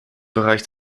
bereich